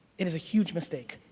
it is a huge mistake.